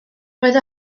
roedd